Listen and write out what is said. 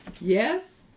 Yes